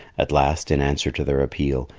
at last, in answer to their appeal,